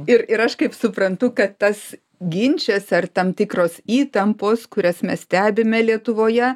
ir ir aš kaip suprantu kad tas ginčas ar tam tikros įtampos kurias mes stebime lietuvoje